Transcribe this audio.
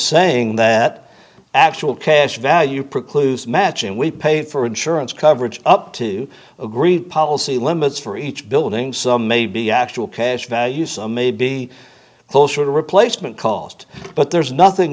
saying that actual cash value precludes matching we pay for insurance coverage up to agree policy limits for each building some may be actual cash value some may be closer to replacement cost but there's nothing